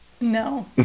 No